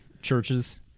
churches